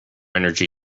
energy